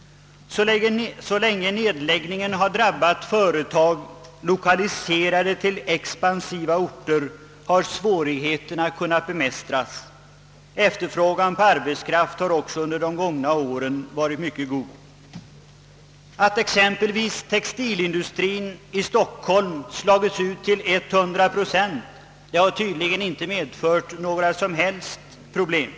Så länge nedläggningen har drabbat företag, 1okaliserade till expansiva orter, har svårigheterna kunnat bemästras. Efterfrågan på arbetskraft har också under de gångna åren varit mycket god. Att exempelvis textilindustrien i Stockholm slagits ut till 100 procent har tydligen inte medfört några som helst problem.